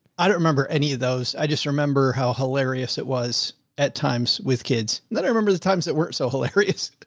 i don't remember any of those. i just remember how hilarious it was at times with kids that i remember the times that weren't so hilarious.